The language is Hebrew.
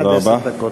עד עשר דקות.